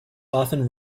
often